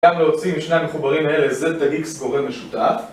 גם להוציא משני המחוברים האלה Z ו X גורם משותף